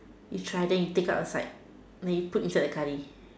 you try then you take out side then you put inside the curry